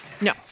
no